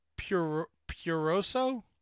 Puroso